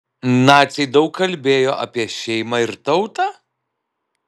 naciai daug kalbėjo apie šeimą ir tautą